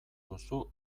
duzu